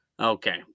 Okay